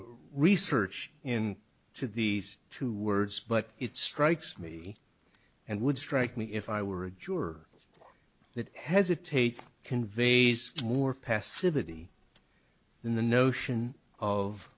research in to these two words but it strikes me and would strike me if i were a juror that hesitate conveys more passive it in the notion of